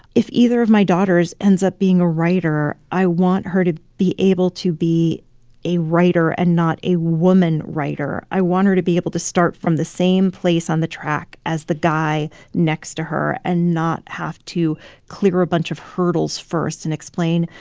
if either of my daughters ends up being a writer, i want her to be able to be a writer and not a woman writer. i want her to be able to start from the same place on the track as the guy next to her and not have to clear a bunch of hurdles first and explain,